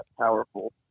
powerful